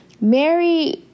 Mary